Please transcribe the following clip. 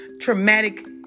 traumatic